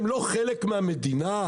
הם לא חלק מהמדינה?